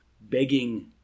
begging